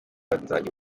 nzajya